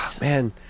man